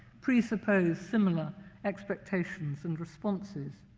presuppose similar expectations and responses.